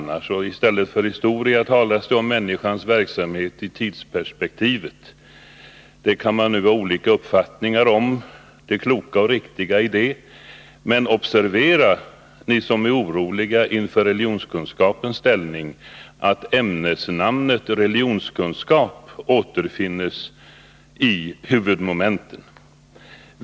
I stället för historia talas det om ”Människans verksamhet i tidsperspektivet”. Man kan ha olika uppfattningar om det kloka och riktiga i det. Men observera, ni som är oroliga för religionskunskapens ställning, att ämnesnamnet religionskunskap återfinns i huvudmomenten.